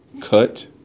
cut